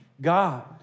God